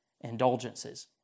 indulgences